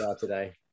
today